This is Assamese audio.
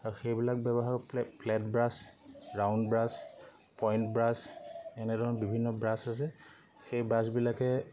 আৰু সেইবিলাক ব্যৱহাৰ flat brush round brush point brush এনেধৰণৰ বিভিন্ন ব্ৰাছ আছে সেই ব্ৰাছবিলাকে